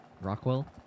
Rockwell